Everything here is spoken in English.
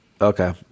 Okay